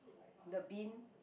the bin